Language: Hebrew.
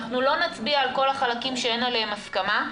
אנחנו לא נצביע על כל החלקים שאין עליהם הסכמה.